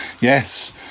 Yes